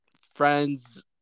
friends